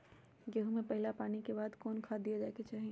गेंहू में पहिला पानी के बाद कौन खाद दिया के चाही?